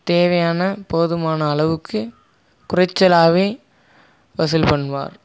தேவையான போதுமான அளவுக்கு குறைச்சலாகவே வசூல் பண்ணுவார்